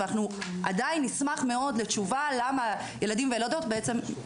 ועדיין נשמח מאוד לתשובה למה ילדים וילדות בעצם מופלים.